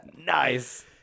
Nice